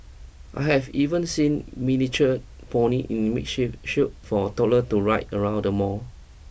I have even seen miniature ponies in makeshift shield for toddlers to ride around the mall